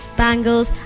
bangles